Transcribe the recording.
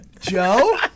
Joe